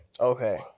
Okay